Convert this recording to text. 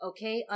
Okay